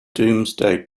domesday